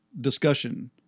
discussion